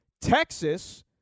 Texas